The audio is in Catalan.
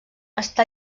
està